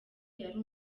yari